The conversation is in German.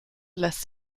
lässt